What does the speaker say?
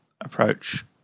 approach